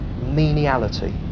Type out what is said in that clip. meniality